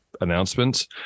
announcements